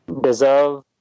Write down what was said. deserve